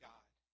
God